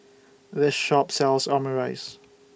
This Shop sells Omurice